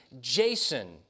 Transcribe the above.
Jason